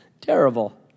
terrible